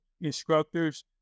instructors